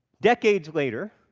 decades later,